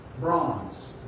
bronze